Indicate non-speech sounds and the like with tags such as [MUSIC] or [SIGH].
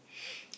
[NOISE]